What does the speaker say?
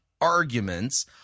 arguments